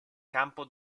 campo